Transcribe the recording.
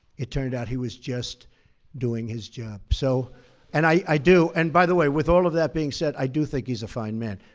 it turned out he was just doing his job. so and i do and, by the way, with all of that being said, i do think he's a fine man.